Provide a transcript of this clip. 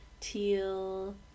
teal